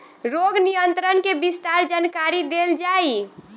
रोग नियंत्रण के विस्तार जानकरी देल जाई?